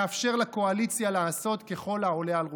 מאפשר לקואליציה לעשות ככל העולה על רוחה.